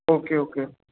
okay okay